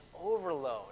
overload